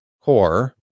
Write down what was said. core